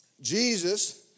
Jesus